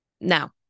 now